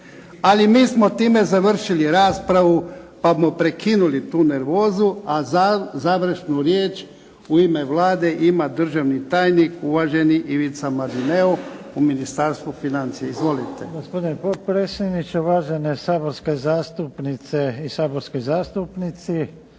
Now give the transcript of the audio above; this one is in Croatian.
Ali mi smo time završili raspravu, pa bumo prekinuli tu nervozu. A završnu riječ u ime Vlade ima državni tajnik uvaženi Ivica Mladineo u Ministarstvu financija. Izvolite. **Mladineo, Ivica** Gospodine potpredsjedniče, važne saborske zastupnice i saborski zastupnici.